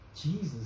Jesus